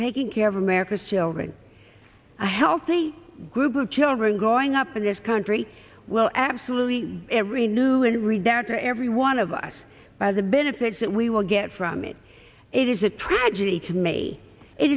taking care of america's children a healthy group of children growing up in this country well absolutely every new every doctor every one of us as a benefits that we will get from it it is a tragedy in me i